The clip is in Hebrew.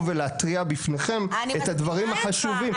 ולהתריע בפניכם על הדברים החשובים.